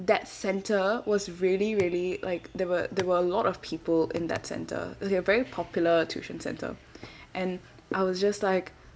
that centre was really really like there were there were a lot of people in that centre they are very popular tuition centre and I was just like